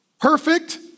Perfect